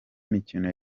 mikino